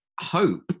hope